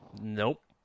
Nope